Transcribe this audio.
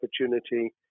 opportunity